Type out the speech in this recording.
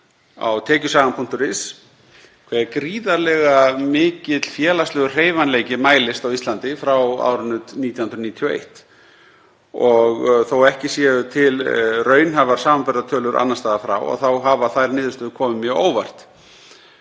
á tekjusagan.is, hve gríðarlega mikill félagslegur hreyfanleiki mælist á Íslandi frá árinu 1991. Þó að ekki séu til raunhæfar samanburðartölur annars staðar frá þá hafa þær niðurstöður komið mjög á óvart.